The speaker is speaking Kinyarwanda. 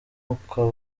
ukaba